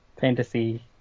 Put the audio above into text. fantasy